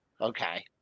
Okay